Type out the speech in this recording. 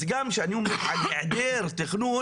אז אני גם כשאני אומר על היעדר תכנון,